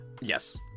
yes